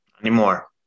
Anymore